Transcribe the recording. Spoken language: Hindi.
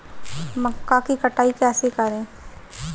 मक्का की कटाई कैसे करें?